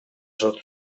sortu